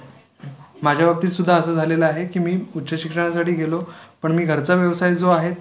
माझ्या बाबतीत सुद्धा असं झालेलं आहे की मी उच्च शिक्षणासाठी गेलो पण मी घरचा व्यवसाय जो आहे